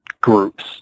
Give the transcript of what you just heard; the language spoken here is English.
groups